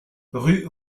rue